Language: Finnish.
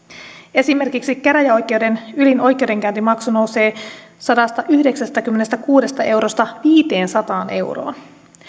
esimerkiksi käräjäoikeuden ylin oikeudenkäyntimaksu nousee sadastayhdeksästäkymmenestäkuudesta eurosta viiteensataan euroon